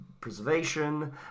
preservation